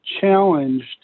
challenged